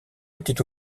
était